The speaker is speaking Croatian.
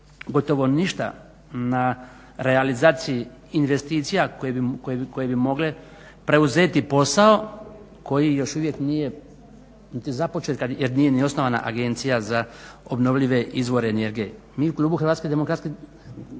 gotovo ništa na realizaciji investicija koje bi mogle preuzeti posao koji još uvijek nije niti započet, jer nije niti osnovana Agencija za obnovljive izvore energije. Mi u klubu Hrvatske demokratske